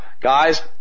Guys